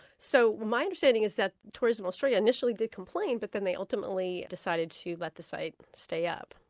so my understanding is that tourism australia initially did complain but then they ultimately decided to let the site stay up.